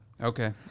okay